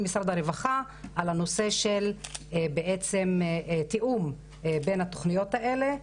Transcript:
משרד הרווחה על הנושא של תיאום בין התוכניות האלה,